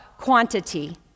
quantity